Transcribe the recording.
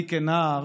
אני כנער